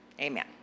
Amen